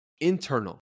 internal